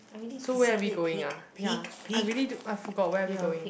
so where are we going ah ya I really d~ I forgot where are we going